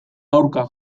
aurka